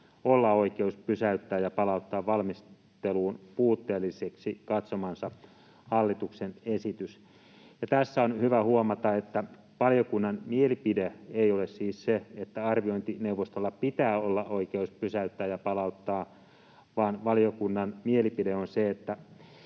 olla oikeus pysäyttää ja palauttaa valmisteluun puutteelliseksi katsomansa hallituksen esitys. Ja tässä on hyvä huomata, että valiokunnan mielipide ei ole siis se, että arviointineuvostolla pitää olla oikeus pysäyttää ja palauttaa, vaan valiokunnan mielipide on se, että